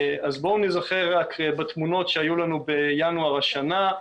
בואו ניזכר רק בתמונות שהיו לנו בינואר השנה.